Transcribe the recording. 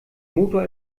motor